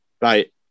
right